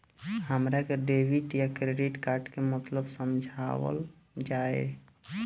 हमरा के डेबिट या क्रेडिट कार्ड के मतलब समझावल जाय?